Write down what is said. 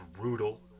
brutal